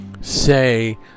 say